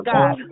God